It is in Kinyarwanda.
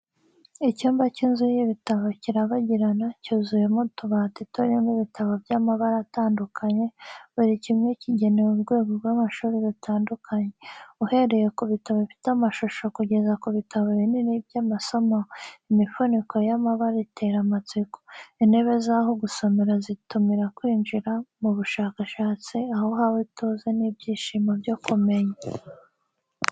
Icyumba cy'inzu y'ibitabo kirabagirana, cyuzuyemo utubati turimo ibitabo by’amabara atandukanye, buri kimwe kigenewe urwego rw’amashuri rutandukanye. Uhereye ku bitabo bifite amashusho kugeza ku bitabo binini by’amasomo, imifuniko y’amabara itera amatsiko. Intebe z’aho gusomera zitumira kwinjira mu bushakashatsi, aho haba ituze n’ibyishimo byo kumenya.